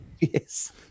Yes